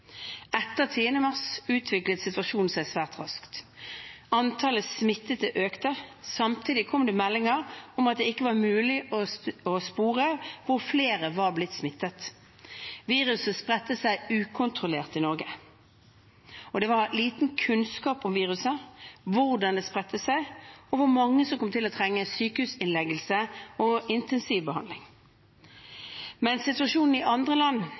Etter 10. mars utviklet situasjonen seg svært raskt. Antall smittede økte. Samtidig kom det meldinger om at det ikke var mulig å spore hvor flere var blitt smittet. Viruset spredte seg ukontrollert i Norge. Det var liten kunnskap om viruset, hvordan det spredte seg, og hvor mange som kom til å trenge sykehusinnleggelse og intensivbehandling. Med situasjonen i andre land,